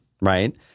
right